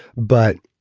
but